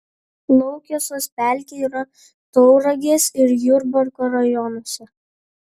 laukesos pelkė yra tauragės ir jurbarko rajonuose